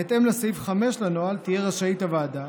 בהתאם לסעיף 5 לנוהל תהיה רשאית הוועדה,